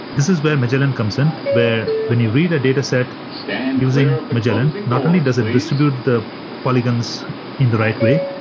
this is where magellan comes in, where when you read a data set using magellan, not only does it distribute the polygons in the right way,